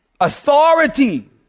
Authority